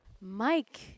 Mike